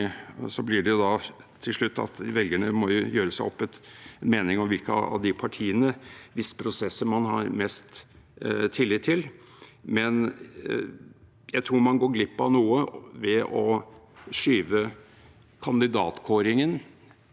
men jeg tror man går glipp av noe ved å skyve kandidatkåringen, det endelige valget som velgerne kan innvirke på, lenger ut fra deres herredømme.